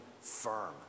firm